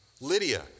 Lydia